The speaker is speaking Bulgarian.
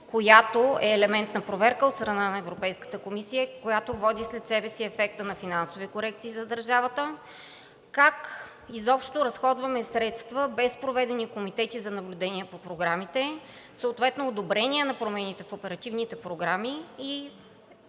която е елемент на проверка от страна на Европейската комисия, която води след себе си ефекта на финансови корекции за държавата, как изобщо разходваме средства без проведени комитети за наблюдение по програмите, съответно одобрение на промените в оперативните програми и